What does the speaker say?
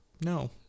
No